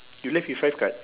you left with five cards